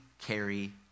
carry